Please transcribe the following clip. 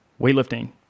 weightlifting